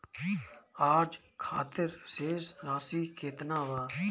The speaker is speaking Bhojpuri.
आज खातिर शेष राशि केतना बा?